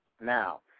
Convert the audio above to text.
Now